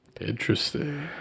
Interesting